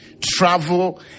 Travel